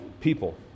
people